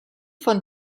von